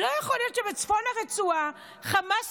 לא יכול להיות שבצפון הרצועה חמאס